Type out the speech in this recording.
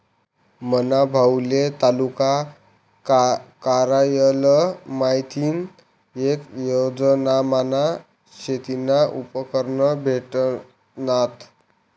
मना भाऊले तालुका कारयालय माथीन येक योजनामा शेतीना उपकरणं भेटनात